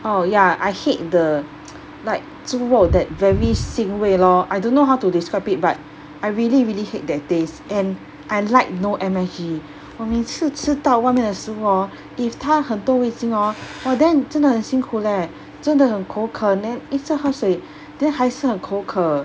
oh ya I hate the like 猪肉 that very 腥味 lor I don't know how to describe it but I really really hate that taste and I like no M_S_G 我每次吃到外面的食物 hor if 他很多味精 hor !wah! then 真的很辛苦 leh 真的很口渴 then 一直喝水 then 还是很口渴